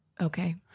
Okay